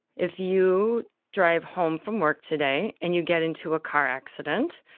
if you drive home from work today and you get into a car accident,